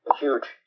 huge